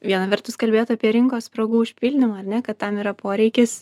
viena vertus kalbėjot apie rinkos spragų užpildymą ar ne kad tam yra poreikis